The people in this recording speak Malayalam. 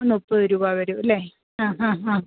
മുപ്പത് രൂപ വരും അല്ലെ ആ ഹാ ആ